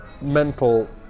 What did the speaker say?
mental